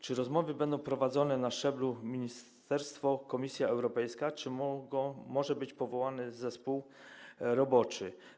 Czy rozmowy będą prowadzone na szczeblu ministerstwo - Komisja Europejska, czy może być powołany zespół roboczy?